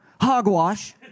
hogwash